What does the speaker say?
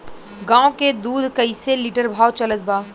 गाय के दूध कइसे लिटर भाव चलत बा?